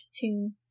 tune